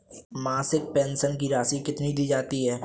मासिक पेंशन की राशि कितनी दी जाती है?